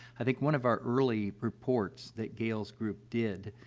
i think one of our early reports that gail's group did,